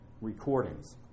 recordings